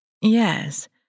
Yes